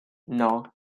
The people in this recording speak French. non